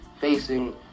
facing